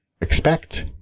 EXPECT